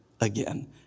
again